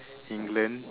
england